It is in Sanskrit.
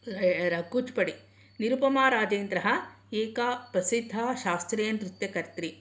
कूच्पडि निरुपमाराजेन्द्रः एका प्रसिद्धा शास्त्रीयनृत्यकर्त्री